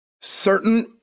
Certain